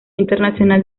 internacional